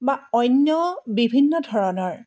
বা অন্য বিভিন্ন ধৰণৰ